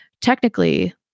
Technically